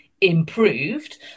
improved